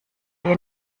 dir